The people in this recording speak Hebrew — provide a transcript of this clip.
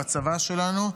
בצבא שלנו,